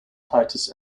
titus